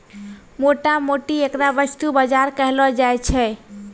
मोटा मोटी ऐकरा वस्तु बाजार कहलो जाय छै